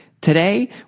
Today